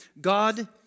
God